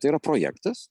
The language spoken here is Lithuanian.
tai yra projektas